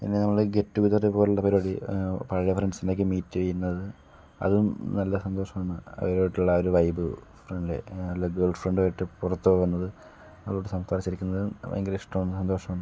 പിന്നെ നമ്മൾ get together പോലുള്ള പരിപാടി പഴയ ഫ്രണ്ട്സിനെയൊക്കെ മീറ്റ് ചെയ്യുന്നത് അതും നല്ല സന്തോഷമാണ് അവരുമായിട്ടുള്ള ആ ഒരു വൈബ് ഫ്രണ്ട് വല്ല ഗേൾ ഫ്രണ്ട് ആയിട്ട് പുറത്ത് പോകുന്നത് അവളോട് സംസാരിച്ചിരിക്കുന്നതും ഭയങ്കര ഇഷ്ടമാണ് സന്തോഷമാണ്